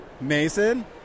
Mason